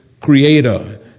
creator